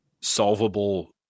solvable